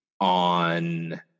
on